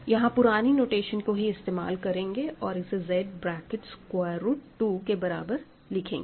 यहां पुरानी नोटेशन को ही इस्तेमाल करेंगे और इसे Z ब्रैकेट स्क्वायर रूट के बराबर लिखेंगे